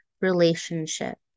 relationship